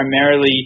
primarily